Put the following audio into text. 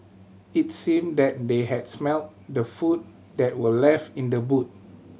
it seemed that they had smelt the food that were left in the boot